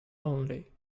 only